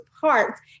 parts